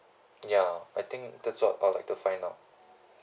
ya I think that's what I like to find out